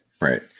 right